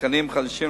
תקנים חדשים,